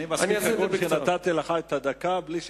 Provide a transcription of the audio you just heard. אני מספיק הגון שנתתי לך את הדקה בלי שתבקש.